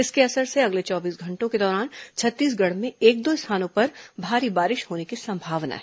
इसके असर से अगले चौबीस घंटों के दौरान छत्तीसगढ़ में एक दो स्थानों पर भारी बारिश होने की संभावना है